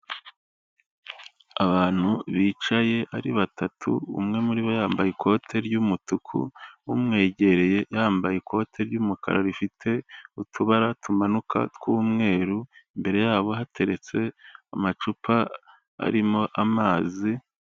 Abantu bicaye ari batatu umwe muri bo yambaye ikote ry'umutuku umwegereye yambaye ikote ry'umukara rifite utubara tumanuka tw'umweru imbere yabo hateretse amacupa arimo amazi.